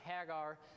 Hagar